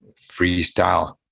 freestyle